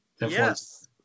Yes